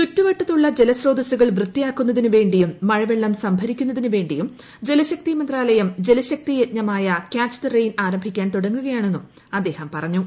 ചുറ്റുവട്ടത്തുള്ള ജലസ്രോതസ്സുകൾ വൃത്തിയാക്കുന്നതിനു വേണ്ടിയും മഴപ്പെള്ളം സംഭരിക്കുന്നതിനു വേണ്ടിയും ജലശക്തി മന്ത്രാലയം ജലശ്രക്തിയജ്ഞമായ കൃാച്ച് ദ റെയിൻ ആരംഭിക്കാൻ തുടങ്ങുകയാണ്ണെന്നു് അദ്ദേഹം പറഞ്ഞു